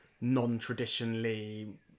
non-traditionally